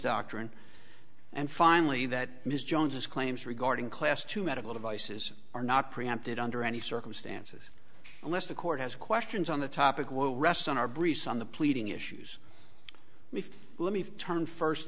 doctrine and finally that ms jones is claims regarding class two medical devices are not preempted under any circumstances unless the court has questions on the topic will rest on our briefs on the pleading issues me let me turn first